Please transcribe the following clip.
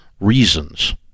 reasons